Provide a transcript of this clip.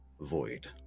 void